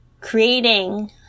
creating